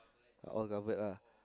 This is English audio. all covered lah